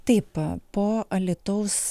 taip po alytaus